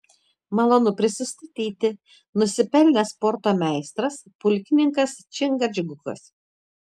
malonu prisistatyti nusipelnęs sporto meistras pulkininkas čingačgukas